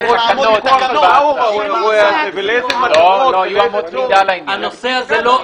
--- יהיו אמות מידה לעניין הזה.